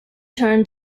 turn